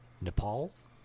Nepal's